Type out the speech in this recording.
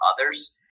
others